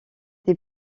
des